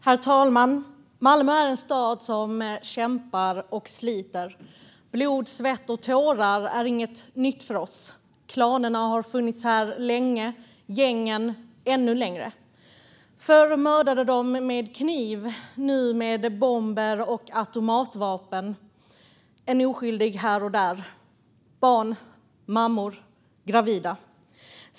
Herr talman! Malmö är en stad som kämpar och sliter. Blod, svett och tårar är inget nytt för oss. Klanerna har funnits här länge, gängen ännu längre. Förr mördade de med kniv. Nu gör de det med bomber och automatvapen - en oskyldig här och där, barn, mammor, gravida.